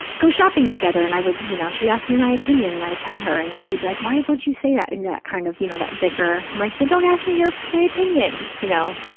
go shopping together and i would, you know, she'd ask me my opinion and i'd tell her and then she'd be like, why would you say that, in that kind of, you know, that bicker. i'm like, then don't ask me my but opinion, you know,